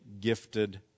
gifted